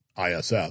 ISS